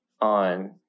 on